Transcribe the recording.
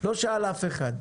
לא שאל אף אחד.